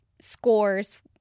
scores